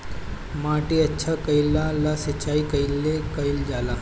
माटी अच्छा कइला ला सिंचाई कइसे कइल जाला?